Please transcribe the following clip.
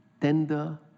tender